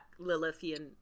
Lilithian